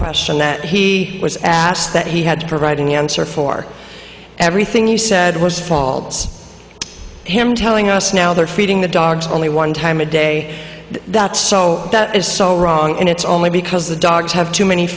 question that he was asked that he had to provide an answer for everything you said was faulds him telling us now they're feeding the dogs only one time a day that's so that is so wrong and it's only because the dogs have too many